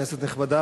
כנסת נכבדה,